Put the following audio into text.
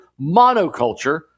monoculture